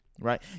right